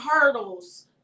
hurdles